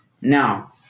now